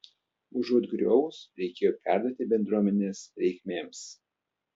užuot griovus reikėjo perduoti bendruomenės reikmėms